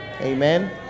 amen